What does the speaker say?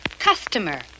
Customer